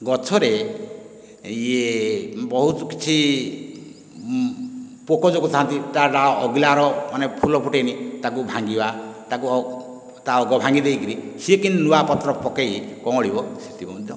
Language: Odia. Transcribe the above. ଗଛରେ ଇଏ ବହୁତ କିଛି ପୋକ ଜୋକ ଥାନ୍ତି ତା ଡାଳ ଆଗିଲାର ମାନେ ଫୁଲ ଫୁଟେନି ତାକୁ ଭାଙ୍ଗିବା ତାକୁ ଓ ତା ଅଗ ଭାଙ୍ଗି ଦେଇ କରି ସେ କେମିତି ନୂଆ ପତ୍ର ପକାଇ କଁଅଳିବ ସେଥି ମଧ୍ୟ ଚେଷ୍ଟା କରୁଅଛୁ